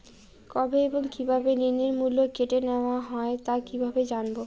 কবে এবং কিভাবে ঋণের মূল্য কেটে নেওয়া হয় তা কিভাবে জানবো?